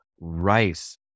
rice